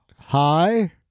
hi